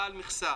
"בעל מכסה"